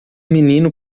menino